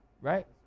Right